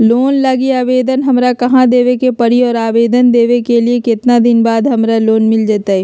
Loan लागी आवेदन हमरा कहां देवे के पड़ी और आवेदन देवे के केतना दिन बाद हमरा लोन मिल जतई?